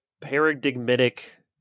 paradigmatic